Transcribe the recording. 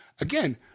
again